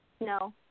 no